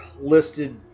listed